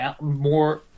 more